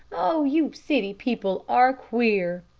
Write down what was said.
oh! you city people are queer.